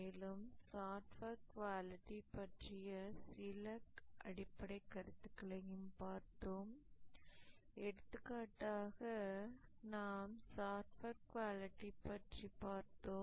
மேலும் software quality பற்றிய சில அடிப்படைக் கருத்துக்களையும் பார்த்தோம் எடுத்துக்காட்டாக நாம் சாஃப்ட்வேர் குவாலிட்டி பற்றி பார்த்தோம்